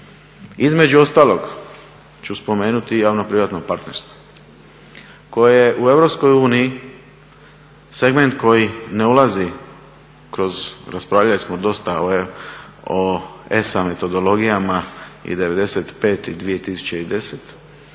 Između ostalog ću spomenuti i javno privatno partnerstvo koje je u EU segment koji ne ulazi kroz, raspravljali smo dosta o ESA metodologijama i 95 i 2010,